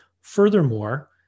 Furthermore